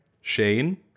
Shane